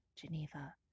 Geneva